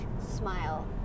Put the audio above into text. smile